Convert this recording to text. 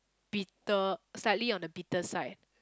bitter slightly on the bitter side